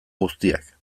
guztiak